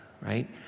right